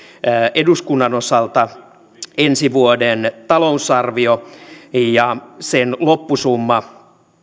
eduskunnan osalta ensi vuoden talousarvio ja sen loppusumma